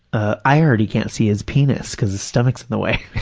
ah i already can't see his penis because his stomach is in the way,